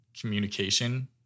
communication